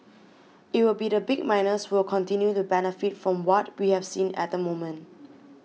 it will be the big miners who will continue to benefit from what we have seen at the moment